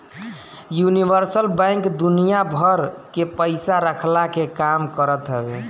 universal bank दुनिया भर के पईसा रखला के काम करत हवे